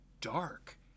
dark